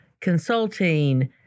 consulting